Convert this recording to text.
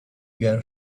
girl